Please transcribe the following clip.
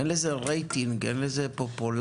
אין לזה רייטינג, אין לזה פופולריות,